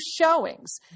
showings